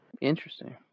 Interesting